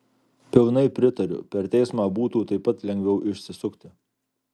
pilnai pritariu per teismą būtų taip pat lengviau išsisukti